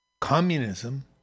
communism